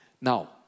Now